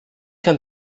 kann